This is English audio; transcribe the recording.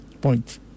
point